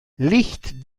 licht